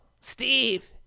Steve